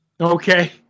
Okay